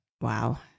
Wow